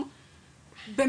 אני יכול לעשות הפסקות כאלה,